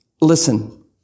Listen